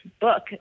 book